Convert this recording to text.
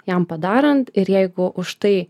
jam padarant ir jeigu už tai